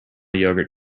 yogurt